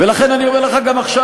ולכן אני אומר לך גם עכשיו,